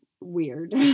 weird